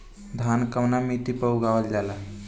धान कवना मिट्टी पर उगावल जाला?